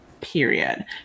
period